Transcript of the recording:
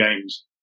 games